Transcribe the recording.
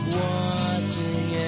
watching